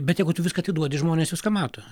bet jeigu tu viską atiduodi žmonės viską mato